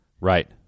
Right